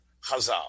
chazal